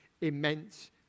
immense